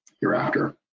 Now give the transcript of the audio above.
hereafter